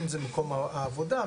אם זה מקום העבודה,